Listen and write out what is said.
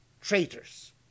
Traitors